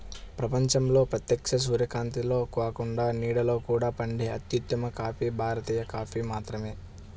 ప్రపంచంలో ప్రత్యక్ష సూర్యకాంతిలో కాకుండా నీడలో కూడా పండే అత్యుత్తమ కాఫీ భారతీయ కాఫీ మాత్రమే